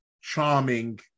charming